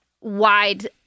wide